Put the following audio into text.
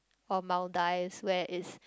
or Maldives where it's